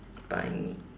buy me